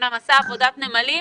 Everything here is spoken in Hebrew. אמנם עשה עבודת נמלים,